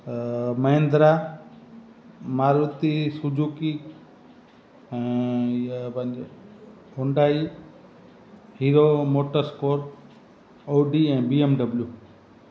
Mahindra Maruti Suzuki ऐं ईअं पंहिंजो हुंडई हीरो मोटर्स कोर ऑडी ऐं बी एम डब्लू